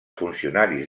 funcionaris